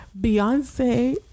Beyonce